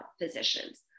physicians